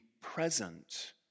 present